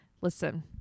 Listen